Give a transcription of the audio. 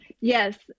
yes